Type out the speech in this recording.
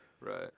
right